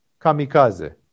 kamikaze